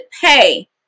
pay